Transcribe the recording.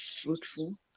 fruitful